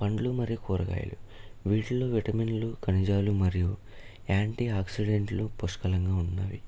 పండ్లు మరియు కూరగాయలు వీటిలో విటమిన్లు ఖనిజాలు మరియు యాంటీఆక్సిడెంట్లు పుష్కలంగా ఉన్నాయి